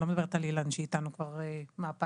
אני לא מדברת על אילן שאיתנו כבר מהפיילוט,